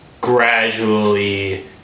gradually